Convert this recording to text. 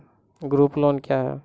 Group loan क्या है?